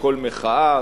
בכל מחאה,